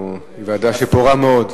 ועדה פורה מאוד.